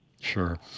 Sure